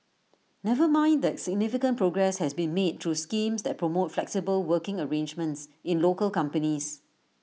never mind that significant progress has been made through schemes that promote flexible working arrangements in local companies